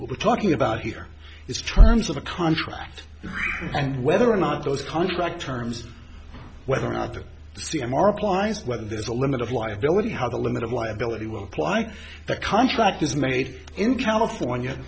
we're talking about here is terms of the contract and whether or not those contract terms whether or not the c m are applies whether there's a limit of liability how the limit of liability will fly the contract is made in california